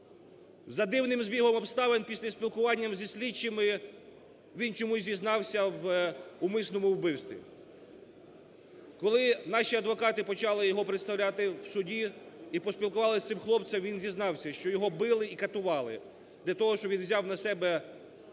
За дивним збігом обставин, після спілкування зі слідчими він чомусь зізнався в умисному убивстві. Коли наші адвокати почали його представляти в суді і поспілкувалися із цим хлопцем, він зізнався, що його били і катували для того, щоб він взяв на себе